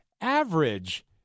average